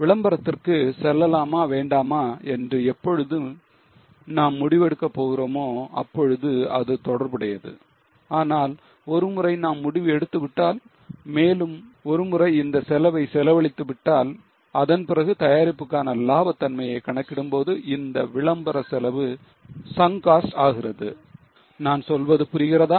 விளம்பரத்திற்கு செல்லலாமா வேண்டாமா என்று எப்பொழுது நாம் முடிவெடுக்க போகிறோமோ அப்பொழுது அது தொடர்புடையது ஆனால் ஒருமுறை நாம் முடிவு எடுத்து விட்டால் மேலும் ஒரு முறை இந்த செலவை செலவழித்து விட்டால் அதன்பிறகு தயாரிப்புக்கான லாப தன்மையை கணக்கிடும்போது இந்த விளம்பர செலவு sunk cost ஆகிறது நான் சொல்வது புரிகிறதா